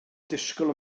disgwyl